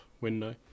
window